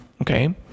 Okay